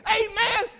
amen